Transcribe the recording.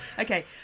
Okay